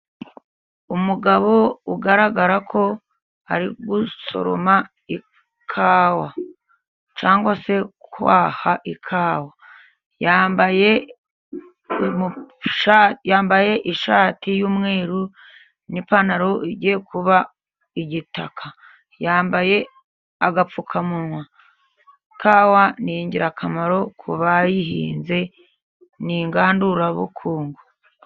Umugabo ugaragara ko ari gusoroma ikawa cyangwa se kwaha ikawa, yambaye ishati y'umweru n'ipantaro igiye kuba igitaka, yambaye agapfukamunwa, ikawa ni ingirakamaro kubayihinze n'ingandurabukungu.